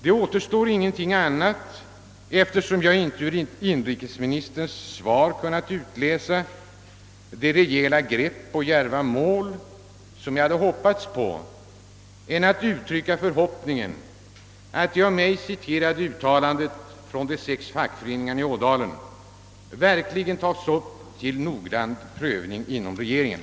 Eftersom jag inte ur inrikesministerns en aktiv lokaliseringspolitik svar har kunnat utläsa det rejäla grepp och de djärva mål som jag hade hoppats på, återstår ingenting annat för mig än att uttrycka förhoppningen att det av mig citerade uttalandet från de sex fackföreningarna i Ådalen verkligen tages upp till noggrann prövning inom regeringen.